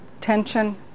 tension